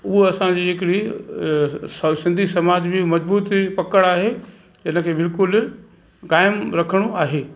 उहे असांजी हिकिड़ी स सिंधी समाज जी मजबूत पकड़ आहे इनखे बिल्कुलु क़ाइमु रखिणो आहे